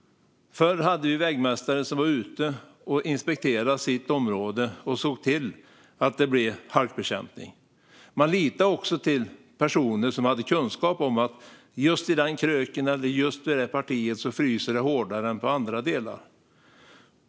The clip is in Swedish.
Förr hade vi vägmästare som var ute och inspekterade sitt område och såg till att det blev halkbekämpning. Man litade också till personer som hade lokalkännedom och visste att just i den där kröken eller just vid det där partiet fryser det hårdare än på andra sträckor.